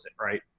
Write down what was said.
right